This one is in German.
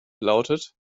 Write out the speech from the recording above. lautet